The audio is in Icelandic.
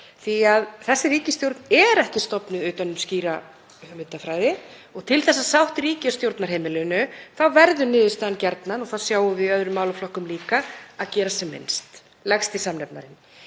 því að þessi ríkisstjórn er ekki stofnuð utan um skýra hugmyndafræði og til þess að sátt ríki á stjórnarheimilinu þá verður niðurstaðan gjarnan, og það sjáum við í öðrum málaflokkum líka, að gera sem minnst. Lægsti samnefnarinn.